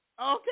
Okay